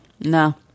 no